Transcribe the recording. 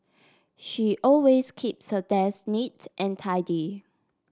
she always keeps her desk neat and tidy